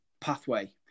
pathway